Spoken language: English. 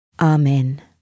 Amen